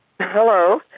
Hello